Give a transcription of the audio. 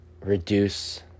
reduce